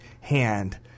hand